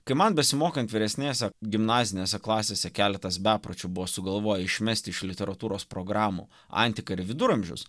kai man besimokant vyresnėse gimnazinėse klasėse keletas bepročių buvo sugalvoję išmesti iš literatūros programų antiką ir viduramžius